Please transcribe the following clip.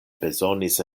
bezonis